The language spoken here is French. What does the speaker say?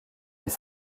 mais